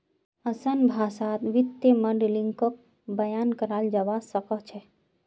असान भाषात वित्तीय माडलिंगक बयान कराल जाबा सखछेक